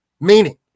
Meaning